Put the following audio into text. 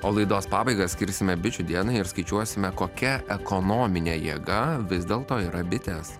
o laidos pabaigą skirsime bičių dienai ir skaičiuosime kokia ekonominė jėga vis dėlto yra bitės